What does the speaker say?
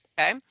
Okay